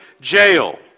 jail